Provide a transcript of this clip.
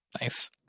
Nice